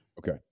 Okay